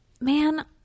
man